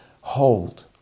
hold